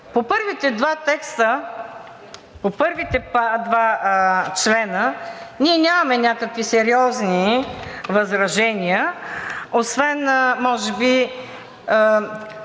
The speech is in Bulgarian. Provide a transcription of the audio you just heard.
се предлагат. По първите два члена ние нямаме някакви сериозни възражения освен може би